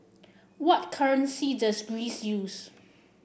what currency does Greece use